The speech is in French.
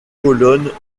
colonnes